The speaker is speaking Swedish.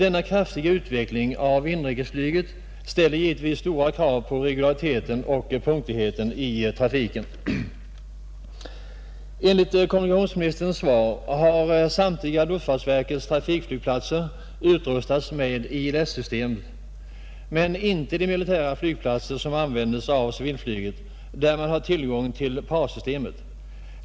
Denna kraftiga utveckling av inrikesflyget ställer givetvis stora krav på regulariteten och punktligheten i trafiken. Enligt kommunikationsministerns svar har samtliga luftfartsverkets trafikflygplatser utrustats med ILS-systemet men inte de militära flygplatser som användes av civilflyget eftersom man där har tillgång till PAR-systemet.